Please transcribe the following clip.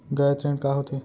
गैर ऋण का होथे?